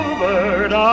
bird